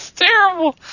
Terrible